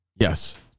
Yes